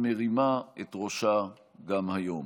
המרימה את ראשה גם היום.